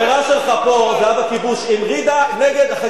שוחד לחיילים שסירבו פקודה.